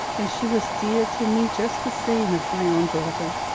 and she was dear to me just the same as my own daughter.